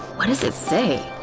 what does it say?